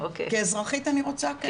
כאזרחית אני רוצה כן,